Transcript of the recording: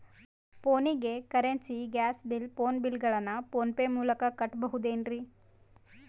ಫೋನಿಗೆ currency, gas bill, phone bill ಗಳನ್ನು PhonePe ಮೂಲಕ ಕಟ್ಟಬಹುದೇನ್ರಿ?